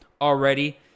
already